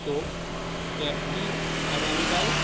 তো ক্যাবটি আগামীকাল